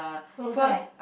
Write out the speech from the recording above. close right